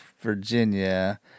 Virginia